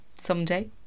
someday